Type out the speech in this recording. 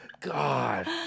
God